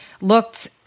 looked